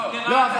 לא,